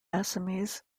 assamese